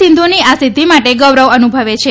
સિંધુની આ સિદ્વિ માટે ગૌરવ અનુભવે છે